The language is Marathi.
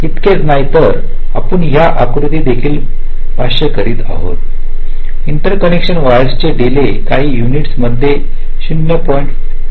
इतकेच नाही तर आपण या आकृतीवर देखील भाष्य करीत आहोत इंटरकनेक्शन वायर्सचे डीले काही युनिट्स मध्ये हे 0